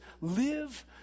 live